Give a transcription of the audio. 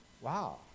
Wow